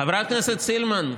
חברת הכנסת סילמן,